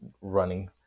running